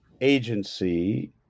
agency